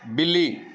ਬਿੱਲੀ